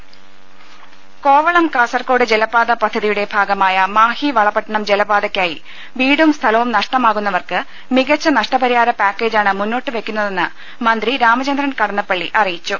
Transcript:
രദ്ദേഷ്ടങ കോവളം കാസർകോട് ജലപാത പദ്ധതിയുടെ ഭാഗമായ മാഹി വളപട്ട ണം ജലപാതയ്ക്കായി വീടും സ്ഥലവും നഷ്ടമാവുന്നവർക്ക് മികച്ച നഷ്ടപ രിഹാര പാക്കേജാണ് മുന്നോട്ടുവയ്ക്കുന്നതെന്ന് മന്ത്രി രാമചന്ദ്രൻ കടന്നപ്പ ള്ളി അറിയിച്ചു